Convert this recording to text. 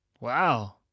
Wow